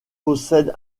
possède